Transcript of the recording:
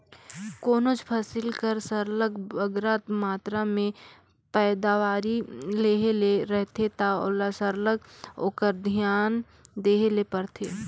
कोनोच फसिल कर सरलग बगरा मातरा में पएदावारी लेहे ले रहथे ता सरलग ओकर धियान देहे ले परथे